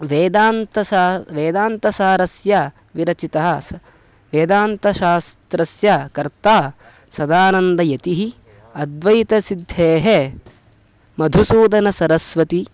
वेदान्तसारः वेदान्तसारस्य विरचितः स् वेदान्तशास्त्रस्य कर्ता सदानन्दयतिः अद्वैतसिद्धेः मधुसूदनसरस्वती